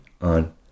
on